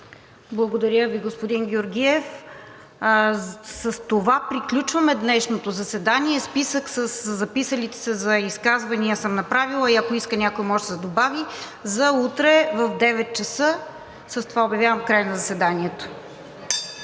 Благодаря Ви, господин Георгиев. С това приключваме днешното заседание. Направила съм списък със записалите се за изказване и ако иска някой, може да се добави за утре в 9,00 ч. С това обявявам край на заседанието.